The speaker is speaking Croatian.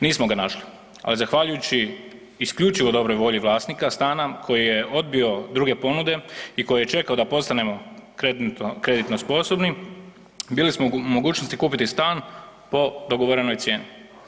Nismo ga našli, ali zahvaljujući isključivo dobroj volji vlasnika stana koji je odbio druge ponude i koji je čekao da postanemo kreditno sposobni, bili smo u mogućnosti kupiti stan po dogovorenoj cijeni.